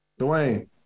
Dwayne